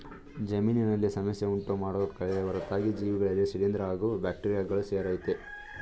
ಜಮೀನಿನಲ್ಲಿ ಸಮಸ್ಯೆ ಉಂಟುಮಾಡೋ ಕಳೆ ಹೊರತಾಗಿ ಜೀವಿಗಳಲ್ಲಿ ಶಿಲೀಂದ್ರ ಹಾಗೂ ಬ್ಯಾಕ್ಟೀರಿಯಗಳು ಸೇರಯ್ತೆ